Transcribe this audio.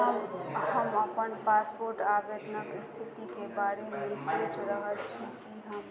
हम हम अपन पासपोर्ट आवेदनके इस्थितिके बारेमे सोचि रहल छी कि हम